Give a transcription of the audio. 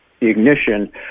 ignition